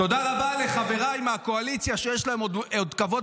תודה רבה לחבריי מהקואליציה שיש להם עוד כבוד